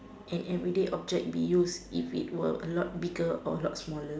an everyday object be used if it was a lot bigger or a lot smaller